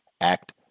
Act